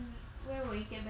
when will it get better